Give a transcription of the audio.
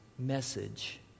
Message